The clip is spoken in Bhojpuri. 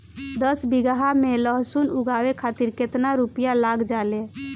दस बीघा में लहसुन उगावे खातिर केतना रुपया लग जाले?